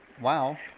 Wow